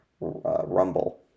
rumble